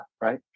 right